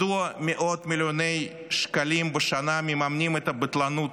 מדוע מאות מיליוני שקלים בשנה מממנים את הבטלנות,